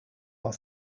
are